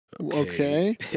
Okay